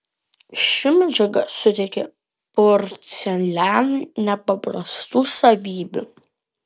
ši medžiaga suteikia porcelianui nepaprastų savybių